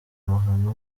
mahano